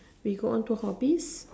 we go on to hobbies